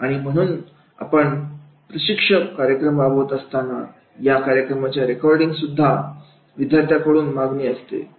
आणि म्हणून आपण प्रशिक्षण कार्यक्रम राबवत असताना या कार्यक्रमाच्या रेकॉर्डिंगसाठी सुद्धा विद्यार्थ्यांकडून मागणी असते